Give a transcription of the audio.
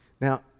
Now